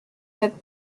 quatre